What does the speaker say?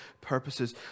purposes